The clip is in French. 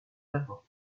l’avant